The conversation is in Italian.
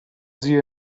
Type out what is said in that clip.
zio